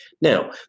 Now